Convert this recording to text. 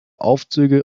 aufzüge